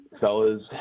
fellas